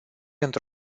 într